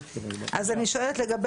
לגבי